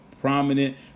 prominent